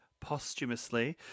posthumously